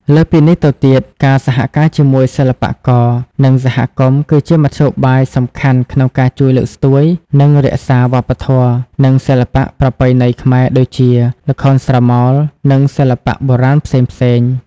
លើសពីនេះទៅទៀតការសហការជាមួយសិល្បករ និងសហគមន៍ គឺជាមធ្យោបាយសំខាន់ក្នុងការជួយលើកស្ទួយ និងរក្សា វប្បធម៌ និងសិល្បៈប្រពៃណីខ្មែរ ដូចជា ល្ខោនស្រមោល និង សិល្បៈបុរាណផ្សេងៗ។